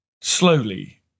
slowly